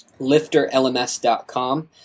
lifterlms.com